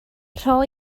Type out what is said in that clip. rho